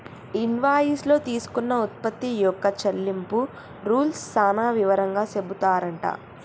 invoice లో తీసుకున్న ఉత్పత్తి యొక్క చెల్లింపు రూల్స్ సాన వివరంగా చెపుతారట